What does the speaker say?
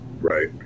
right